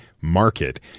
market